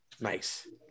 Nice